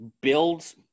Build